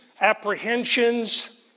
apprehensions